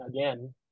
again